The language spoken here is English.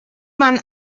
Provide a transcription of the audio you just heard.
man